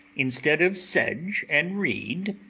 instead of sedge and reed,